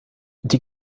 die